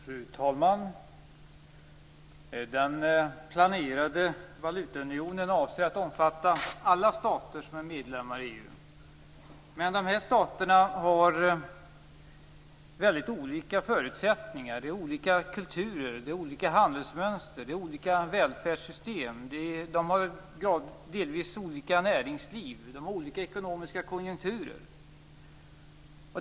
Fru talman! Den planerade valutaunionen avser att omfatta alla stater som är medlemmar i EU. Men dessa stater har väldigt olika förutsättningar, olika kulturer, olika handelsmönster, olika välfärdssystem, delvis olika näringsliv och olika ekonomiska konjunkturer.